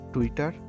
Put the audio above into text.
Twitter